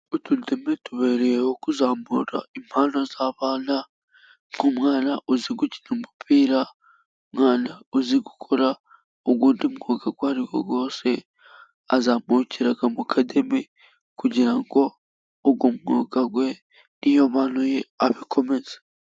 Utudemi tubereyeho kuzamura impano z'abana nk'umwana uzi gukina umupira, umwana uzi gukora undi mwuga uwo ariwo wose , azamukira mu kademi kugira ngo uwo mwuga we n'iyo mpano ye abikomeze.